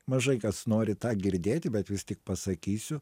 mažai kas nori tą girdėti bet vis tik pasakysiu